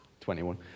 21